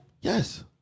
Yes